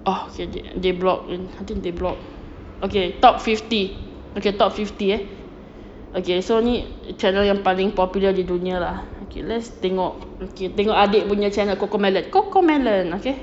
oh they block I think they block okay top fifty okay top fifty eh okay so ni channel yang paling popular di dunia ah okay let's tengok okay tengok adik punya channel cocomelon cocomelon okay